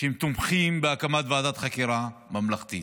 שהם תומכים בהקמת ועדת חקירה ממלכתית.